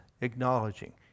acknowledging